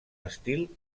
estil